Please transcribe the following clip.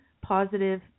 positive